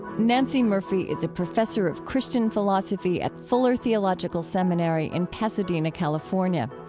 nancey murphy is a professor of christian philosophy at fuller theological seminary in pasadena, california.